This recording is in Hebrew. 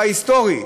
וההיסטורי.